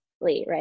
right